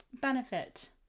benefit